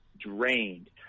drained